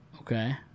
Okay